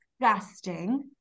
disgusting